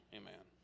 amen